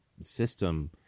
system